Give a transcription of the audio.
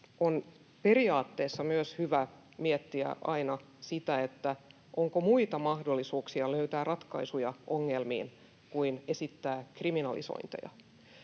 on periaatteessa myös hyvä miettiä aina sitä, onko muita mahdollisuuksia löytää ratkaisuja ongelmiin kuin esittää kriminalisointeja.